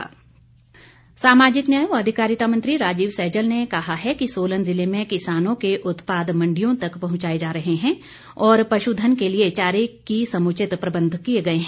सैजल सामाजिक न्याय व अधिकारिता मंत्री राजीव सैजल ने कहा है कि सोलन ज़िले में किसानों के उत्पाद मण्डियों तक पहुंचाए जा रहे हैं और पशुधन के लिए चारे के समुचित प्रबंध किए गए हैं